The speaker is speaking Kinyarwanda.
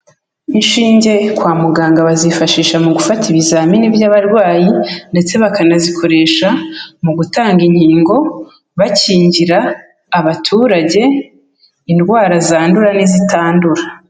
Inshinge kwa muganga bazifashisha mu gufata ibizamini by'abarwayi, ndetse bakanazikoresha mu gutanga inkingo, bakingira abaturage indwara zandura n'izitandura.